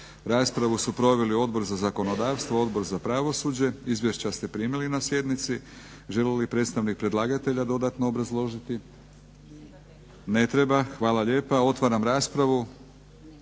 Raspravu su proveli Odbor za zakonodavstvo, Odbor za pravosuđe. Izvješća ste primili na sjednici. Želi li predstavnik predlagatelja dodatno obrazložiti? Ne treba. Hvala lijepa. Otvaram raspravu.